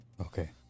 Okay